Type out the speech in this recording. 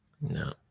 no